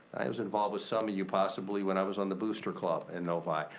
i was involved with some of you possibly when i was on the booster club in novi.